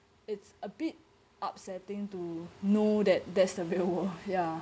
it's a bit upsetting to know that that's the real world ya